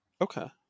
Okay